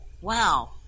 Wow